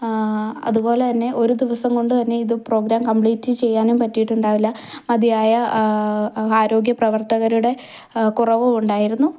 അതുപോലെ തന്നെ ഒരു ദിവസം കൊണ്ട് തന്നെ ഇത് പ്രോഗ്രാം കമ്പ്ലീറ്റ് ചെയ്യാനും പറ്റിയിട്ടുണ്ടാവില്ല മതിയായ ആരോഗ്യ പ്രവർത്തകരുടെ കുറവും ഉണ്ടായിരുന്നു